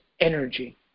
energy